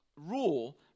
rule